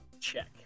check